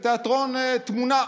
בתיאטרון תמונע.